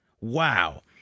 Wow